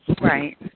Right